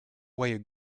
where